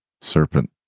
serpent